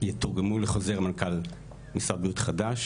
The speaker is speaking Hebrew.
יתורגמו לחוזר מנכ"ל משרד הבריאות חדש,